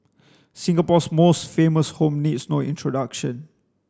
Singapore's most famous home needs no introduction